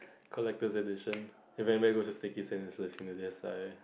collector's edition if I may go to stickies sense in a single yes I